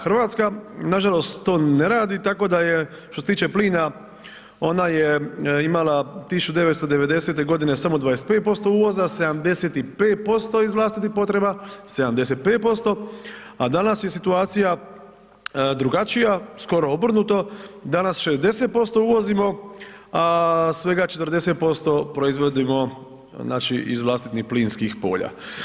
Hrvatska nažalost to ne radi, tako da je što se tiče plina, ona je imala 1990. samo 25% uvoza, 75% iz vlastitih potreba, 75% a danas je situacija drugačija, skoro obrnuto, danas 60% uvozimo a svega 40% proizvodimo znači iz vlastitih plinskih polja.